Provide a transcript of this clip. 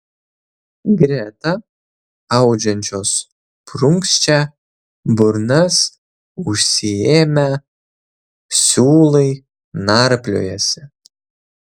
greta audžiančios prunkščia burnas užsiėmę siūlai narpliojasi